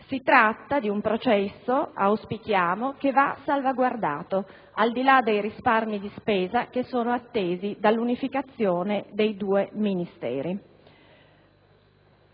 Si tratta di un processo che auspichiamo sia salvaguardato, al di là dei risparmi di spesa che sono attesi dall'unificazione dei due Ministeri.